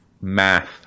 Math